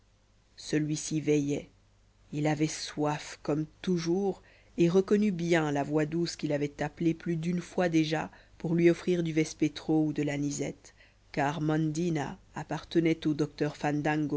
celui-ci veillait il avait soif comme toujours et reconnut bien la voix douce qui l'avait appelé plus d'une fois déjà pour lui offrir du vespétro ou de l'anisette car mandina appartenait au docteur